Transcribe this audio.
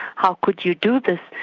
how could you do this?